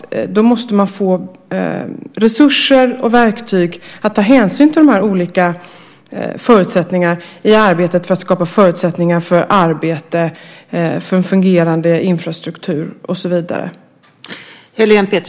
Då måste man få resurser och verktyg att ta hänsyn till de olika förutsättningarna i arbetet för att skapa förutsättningar för en fungerande infrastruktur och så vidare.